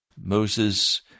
Moses